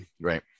Right